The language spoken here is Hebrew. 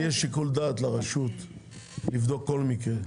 עדיין יש שיקול דעת לרשות לבדוק כל מקרה,